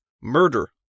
Murder